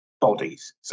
bodies